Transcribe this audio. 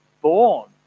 born